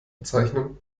bezeichnen